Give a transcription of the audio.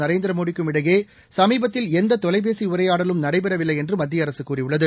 நரேந்திரமோடிக்கும் இடையேசமீபத்தில் எந்ததொலைபேசிடரையாடலும் நடைபெறவில்லைஎன்றுமத்தியஅரசுகூறியுள்ளது